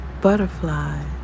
butterflies